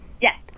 Yes